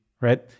right